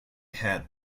had